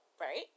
right